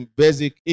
basic